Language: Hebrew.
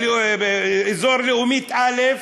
אזור לאומי א',